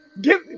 Give